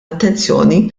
attenzjoni